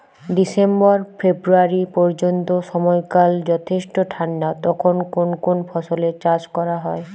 December February পর্যন্ত সময়কাল যথেষ্ট ঠান্ডা তখন কোন কোন ফসলের চাষ করা হয়?